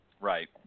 Right